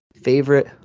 favorite